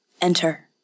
Enter